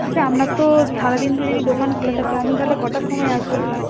আচ্ছা আপনার তো সারা দিন তো যদি দোকান খোলা থাকে আপনি তাহলে কটার সময় আসবেন